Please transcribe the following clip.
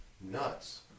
nuts